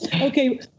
okay